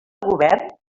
govern